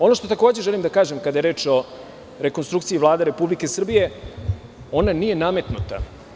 Ono što takođe želim da kažem, kada je reč o rekonstrukciji Vlade Republike Srbije, ona nije nametnuta.